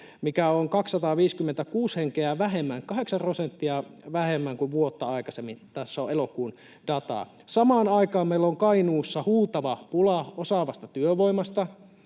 mikä on 256 henkeä vähemmän, 8 prosenttia vähemmän kuin vuotta aikaisemmin. Tässä on elokuun dataa. Samaan aikaan meillä on Kainuussa huutava pula osaavasta työvoimasta